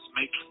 make